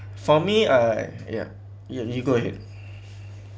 for me uh ya you you go ahead